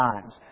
times